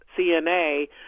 CNA